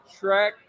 Shrek